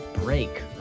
break